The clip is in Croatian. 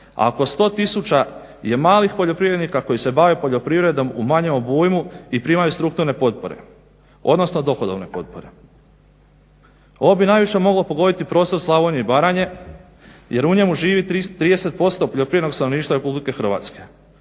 a ako 100 tisuća je malih poljoprivrednika koji se bave poljoprivredom u manjem obujmu i primaju strukturne potpore, odnosno dohodovne potpore. Ovo bi najviše moglo pogoditi prostor Slavonije i Baranje jer u njemu živi 30% poljoprivrednog stanovništva RH na razini